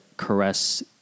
caress